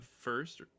first